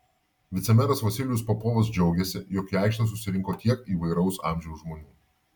vicemeras vasilijus popovas džiaugėsi jog į aikštę susirinko tiek įvairaus amžiaus žmonių